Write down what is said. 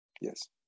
Yes